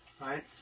Right